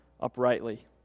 uprightly